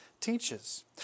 teaches